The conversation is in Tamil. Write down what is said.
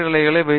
நிர்மலா அது போல